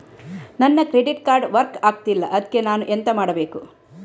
ನನ್ನ credit card work ಆಗ್ತಿಲ್ಲ ಅದ್ಕೆ ನಾನು ಎಂತ ಮಾಡಬೇಕು?